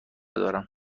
دارم